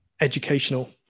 educational